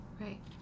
Right